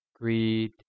greed